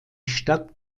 stadt